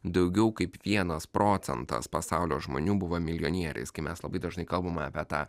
daugiau kaip vienas procentas pasaulio žmonių buvo milijonieriais kai mes labai dažnai kalbame apie tą